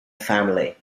family